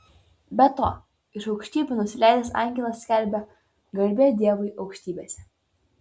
be to iš aukštybių nusileidęs angelas skelbia garbė dievui aukštybėse